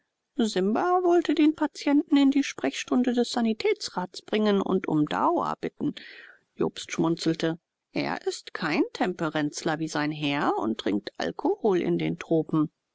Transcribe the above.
simba wollte den patienten in die sprechstunde des sanitätsrats bringen und um daua bitten jobst schmunzelte er ist kein temperenzler wie sein herr und trinkt alkohol in den tropen